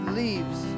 leaves